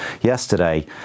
yesterday